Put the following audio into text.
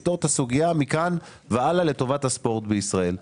באופן קבוע שיפתור את הסוגייה מכאן והלאה לטובת הספורט בישראל.